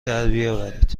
دربیاورید